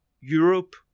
Europe